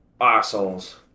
assholes